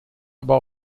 aber